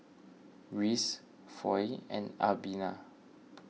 Reese Foy and Albina